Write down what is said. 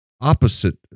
opposite